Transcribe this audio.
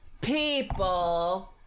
people